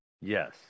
Yes